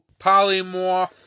Polymorph